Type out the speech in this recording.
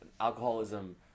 alcoholism